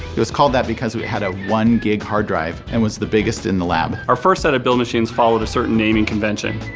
it was called that because it had a one gig hard drive and was the biggest in the lab. our first set of build machines followed a certain naming convention.